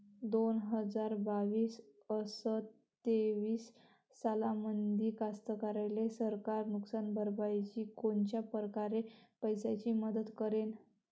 दोन हजार बावीस अस तेवीस सालामंदी कास्तकाराइले सरकार नुकसान भरपाईची कोनच्या परकारे पैशाची मदत करेन?